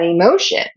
emotion